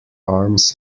arms